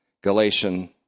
Galatian